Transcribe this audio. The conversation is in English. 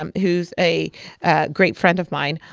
um who's a great friend of mine,